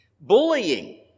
bullying